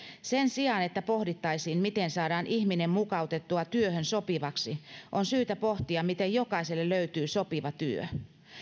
sen sijaan että pohdittaisiin miten saadaan ihminen mukautettua työhön sopivaksi on syytä pohtia miten jokaiselle löytyy sopiva työ